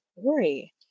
story